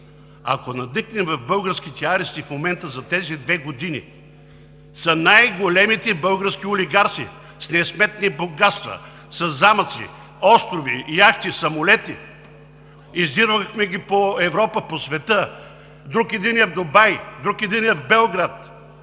ако надникнем в българските арести в момента, за тези две години там са най-големите български олигарси, с несметни богатства, със замъци, острови, яхти, самолети. Издирвахме ги по Европа, по света. Един е в Дубай, друг един е в Белград